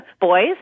boys